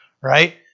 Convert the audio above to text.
right